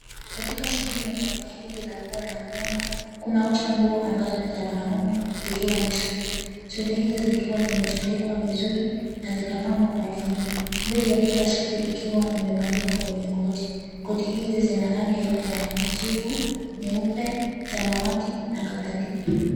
Katika sehemu ya duka hili la urembo kunauzwa nguo amabazo ni za wanaume zikiwa ni suti. Suti zikiwa zimetundikwa vizuri na zikapangwa kwa laini. Bei ya kila suti ikiwa imebandikwa kwenye koti. Koti hizi zina rangi aina ya kijivu, nyeupe, samawati na kadhalika.